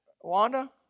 Wanda